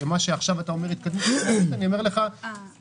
למה שאתה עכשיו אומר התקדמות - זה דבר שחווינו